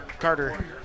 Carter